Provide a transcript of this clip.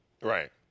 Right